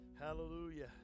hallelujah